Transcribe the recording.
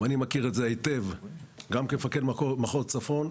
ואני מכיר את זה היטב גם כמפקד מחוז צפון,